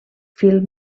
fil